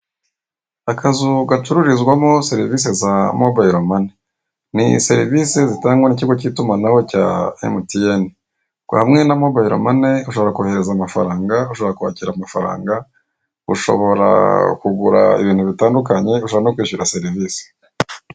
Akazu gacururizwamo serivise za mobayiromane. Ni serivise zitangwa n'ikigo k'itumanaho cya emutiyene. Hamwe na mobayiromane ushobora kohereza amafaranga, ushobora kwakira amafaranga, ushobora kugura ibintu bitandukanye, ushobora no kwishyura serivise.